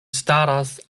staras